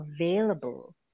available